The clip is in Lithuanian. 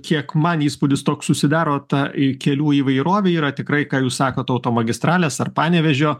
kiek man įspūdis toks susidaro ta i kelių įvairovė yra tikrai ką jūs sakot automagistralės ar panevėžio